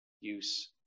use